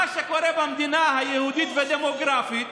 מה שקורה במדינה היהודית והדמוגרפית